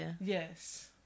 Yes